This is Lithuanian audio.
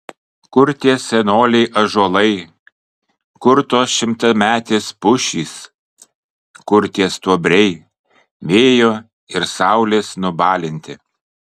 kur tie senoliai ąžuolai kur tos šimtametės pušys kur tie stuobriai vėjo ir saulės nubalinti